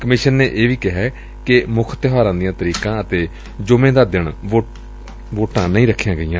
commission ਨੇ ਇਹ ਵੀ ਕਿਹੈ ਕਿ ਮੁੱਖ ਤਿਊਹਾਰਾ ਦੀਆ ਤਰੀਕਾ ਅਤੇ ਜੁਮੇ ਦੇ ਦਿਨ ਵੋਟਾਂ ਨਹੀਂ ਰੱਖੀਆਂ ਗਈਆਂ